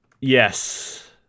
Yes